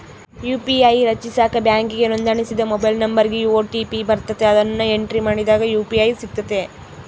UPI ರಚಿಸಾಕ ಬ್ಯಾಂಕಿಗೆ ನೋಂದಣಿಸಿದ ಮೊಬೈಲ್ ನಂಬರಿಗೆ ಓ.ಟಿ.ಪಿ ಬರ್ತತೆ, ಅದುನ್ನ ಎಂಟ್ರಿ ಮಾಡಿದಾಗ ಯು.ಪಿ.ಐ ಸಿಗ್ತತೆ